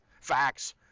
Facts